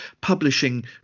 publishing